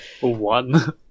One